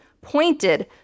pointed